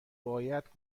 باید